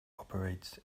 operates